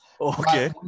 Okay